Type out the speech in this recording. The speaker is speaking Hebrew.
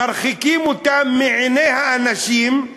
מרחיקים אותם מעיני האנשים,